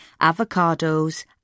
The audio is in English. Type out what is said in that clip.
avocados